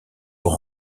pour